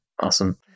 Awesome